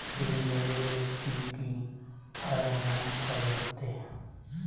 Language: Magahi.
ऋण लेबे ले की की फॉर्म जमा करे होते?